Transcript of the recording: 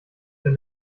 wenn